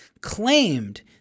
claimed